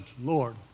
Lord